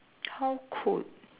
how could